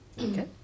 Okay